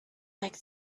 like